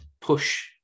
push